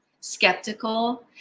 skeptical